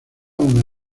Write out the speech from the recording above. una